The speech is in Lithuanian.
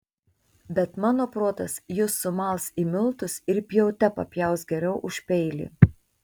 bet mano protas jus sumals į miltus ir pjaute papjaus geriau už peilį